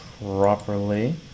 properly